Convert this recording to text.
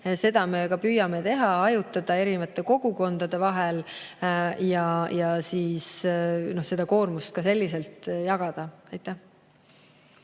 Seda me püüame ka teha, hajutada erinevate kogukondade vahel ja seda koormust selliselt jagada. Aitäh!